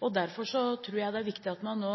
tror jeg det er viktig at man nå